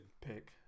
pick